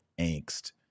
angst